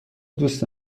دوست